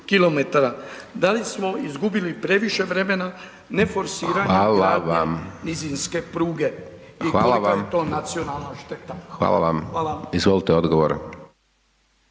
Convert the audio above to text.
(SDP)** Hvala vam. Izvolite odgovor.